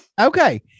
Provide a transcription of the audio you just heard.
Okay